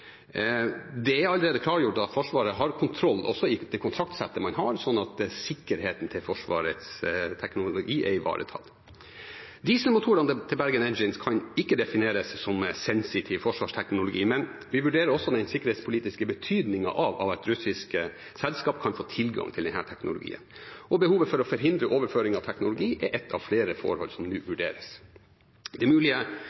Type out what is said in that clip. det er allerede klargjort at Forsvaret har kontroll også i det kontraktsettet man har, sånn at sikkerheten til Forsvarets teknologi er ivaretatt. Dieselmotorene til Bergen Engines kan ikke defineres som sensitiv forsvarsteknologi, men vi vurderer også den sikkerhetspolitiske betydningen av at russiske selskap kan få tilgang til denne teknologien, og behovet for å forhindre overføring av teknologi er ett av flere forhold som nå